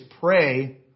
pray